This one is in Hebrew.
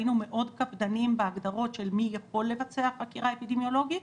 היינו מאוד קפדניים בהגדרות של מי יכול לבצע חקירה אפידמיולוגית.